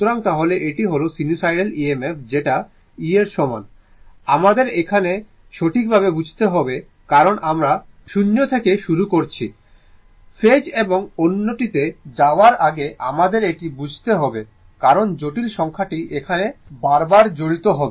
সুতরাং তাহলে এটি হল সিনুসোইডাল EMF যেটা E এর সমান আমাদের এখানে সঠিকভাবে বুঝতে হবেকারণ আমরা শূন্য থেকে শুরু করেছি ফেজ এবং অন্যটিতে যাওয়ার আগে আমাদের এটি বুঝতে হবে কারণ জটিল সংখ্যাটি এখানে বারবার জড়িত হবে